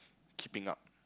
keeping up